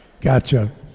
Gotcha